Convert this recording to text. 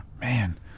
Man